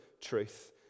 truth